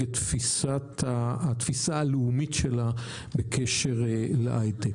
את התפיסה הלאומית שלה בקשר להיי-טק.